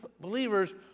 believers